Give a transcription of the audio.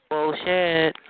Bullshit